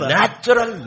natural